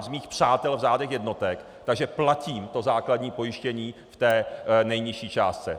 Z mých přátel v řádu jednotek, takže platím to základní pojištění v té nejnižší částce.